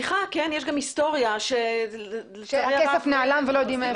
יש גם היסטוריה -- שהכסף נעלם ולא יודעים איפה הוא.